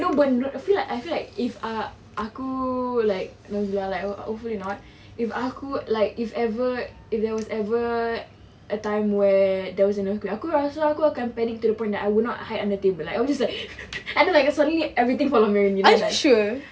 no but I feel like I feel like if uh aku like hopefully not if aku like if ever if there was ever a time where there was an earthquake aku rasa aku akan panic to the point I will not hide under table I will just and then like suddenly everything fall on my head then like